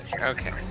okay